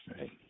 right